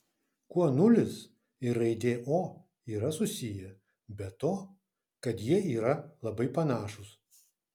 kuo nulis ir raidė o yra susiję be to kad jie yra labai panašūs